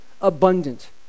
abundant